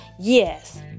Yes